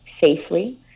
safely